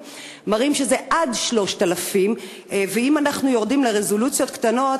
מראים שזה עד 3,000. אם אנחנו יורדים לרזולוציות קטנות,